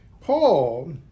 Paul